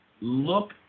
look